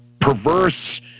perverse